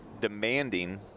demanding